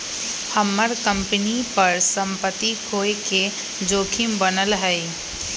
हम्मर कंपनी पर सम्पत्ति खोये के जोखिम बनल हई